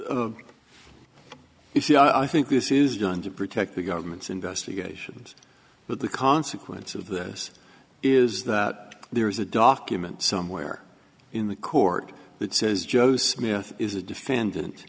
no you see i think this is done to protect the government's investigations but the consequence of this is that there is a document somewhere in the court that says joe smith is a defendant